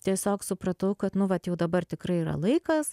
tiesiog supratau kad nu vat jau dabar tikrai yra laikas